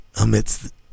amidst